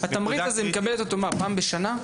התמריץ הזה מקבל, פעם בשנה?